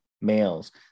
males